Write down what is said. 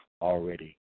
already